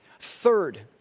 Third